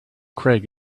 craig